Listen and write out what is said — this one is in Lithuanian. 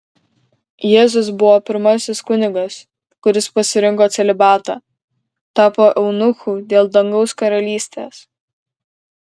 jėzus buvo pirmasis kunigas kuris pasirinko celibatą tapo eunuchu dėl dangaus karalystės